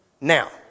Now